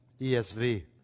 ESV